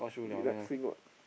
relaxing [what]